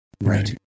right